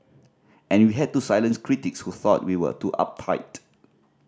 and we had to silence critics who thought we were too uptight